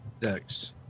Dex